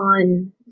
on